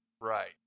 Right